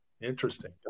Interesting